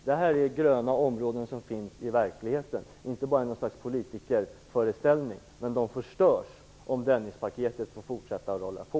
Det här är gröna områden som finns i verkligheten, inte bara i något slags politikerföreställning, men de förstörs om Dennispaketet får fortsätta att rulla på.